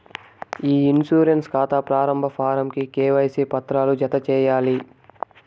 ఇ insurance కాతా ప్రారంబ form కి కేవైసీ పత్రాలు జత చేయాలి